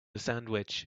sandwich